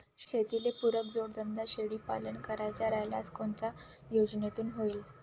शेतीले पुरक जोडधंदा शेळीपालन करायचा राह्यल्यास कोनच्या योजनेतून होईन?